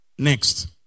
Next